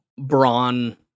brawn